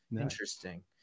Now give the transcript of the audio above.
interesting